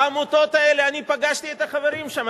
העמותות האלה, אני פגשתי את החברים שם.